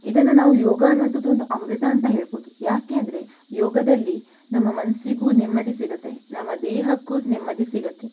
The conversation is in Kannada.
ಇದನ್ನು ನಾವು ಯೋಗ ಅನ್ನುವಂಥದ್ದು ಒಂದು ಅಮೃತ ಅಂತ ಹೇಳಬಹುದು ಯಾಕೆ ಅಂದರೆ ಯೋಗದಲ್ಲಿ ನಮ್ಮ ಮನಸ್ಸಿಗೂ ನೆಮ್ಮದಿ ಸಿಗತ್ತೆ ನಮ್ಮ ದೇಹಕ್ಕೂ ನೆಮ್ಮದಿ ಸಿಗತ್ತೆ